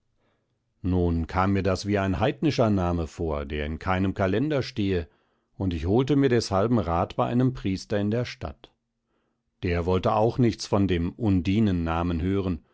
nun kam mir das wie ein heidnischer name vor der in keinem kalender stehe und ich holte mir deshalben rat bei einem priester in der stadt der wollte auch nichts von dem undinen namen hören